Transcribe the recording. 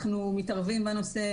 אנחנו מתערבים בנושא,